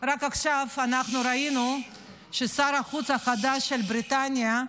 רק עכשיו ראינו ששר החוץ החדש של בריטניה,